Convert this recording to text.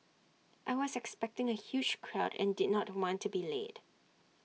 I was expecting A huge crowd and did not want to be too late